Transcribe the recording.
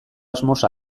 asmoz